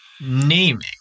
naming